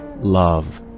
love